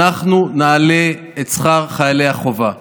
אנחנו נעלה את שכר חיילי החובה.